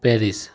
Paris